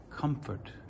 Comfort